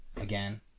again